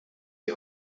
die